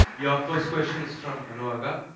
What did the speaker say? your first question is from anu aga.